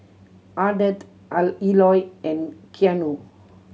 Ardeth Eloy and Keanu